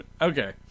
Okay